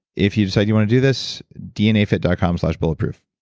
if you decide you want to do this, dnafit dot com slash bulletproof.